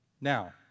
Now